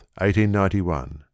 1891